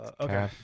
Okay